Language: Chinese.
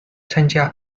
参加